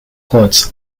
courts